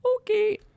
Okay